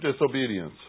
disobedience